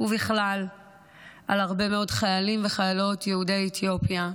ובכלל על הרבה מאוד חיילים וחיילות יהודי אתיופיה,